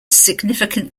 significant